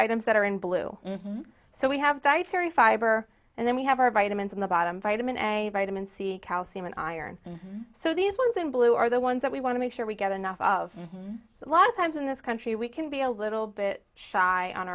items that are in blue so we have dietary fiber and then we have our vitamins in the bottom vitamin a vitamin c calcium and iron and so these ones in blue are the ones that we want to make sure we get enough of a lot of times in this country we can be a little bit shy on